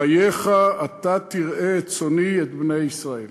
חייך, אתה תרעה את צאני,